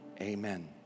amen